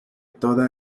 toda